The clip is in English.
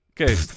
Okay